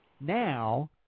Now